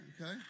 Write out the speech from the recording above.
Okay